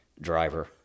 driver